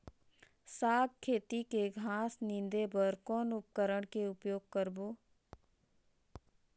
साग खेती के घास निंदे बर कौन उपकरण के उपयोग करबो?